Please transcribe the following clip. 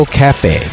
cafe